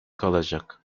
kalacak